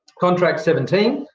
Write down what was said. contract seventeen,